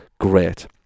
great